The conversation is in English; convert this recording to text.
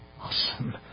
Awesome